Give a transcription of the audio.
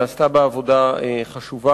נעשתה בה עבודה חשובה.